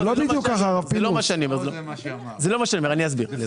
זה לא מה שאני אומר, אני אסביר.